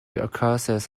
accuses